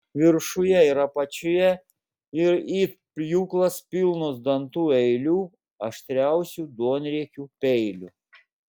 viršuje ir apačioje it pjūklas pilnos dantų eilių aštriausių duonriekių peilių